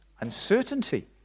uncertainty